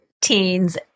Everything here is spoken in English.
teens